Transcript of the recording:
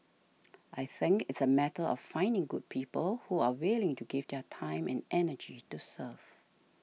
I think it's a matter of finding good people who are willing to give their time and energy to serve